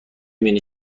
بینی